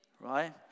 right